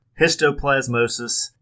histoplasmosis